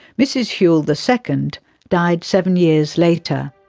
mrs whewell the second died seven years later.